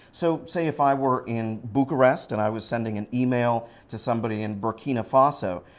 so say if i were in bucharest, and i was sending an email to somebody in burkina faso,